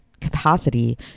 capacity